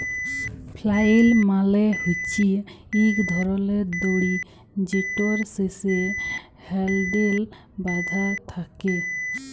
flail মালে হছে ইক ধরলের দড়ি যেটর শেষে হ্যালডেল বাঁধা থ্যাকে